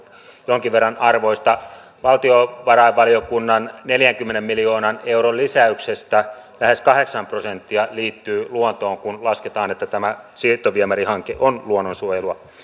jonkin verran arvoista valtiovarainvaliokunnan neljänkymmenen miljoonan euron lisäyksestä lähes kahdeksan prosenttia liittyy luontoon kun lasketaan että tämä siirtoviemärihanke on luonnonsuojelua